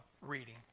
reading